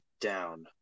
down